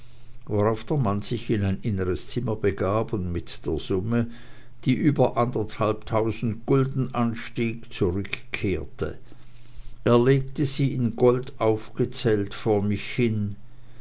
worauf der mann sich in ein inneres zimmer begab und mit der summe die über anderthalbtausend gulden anstieg zurückkehrte er legte sie in gold aufgezählt vor mich hin